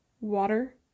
water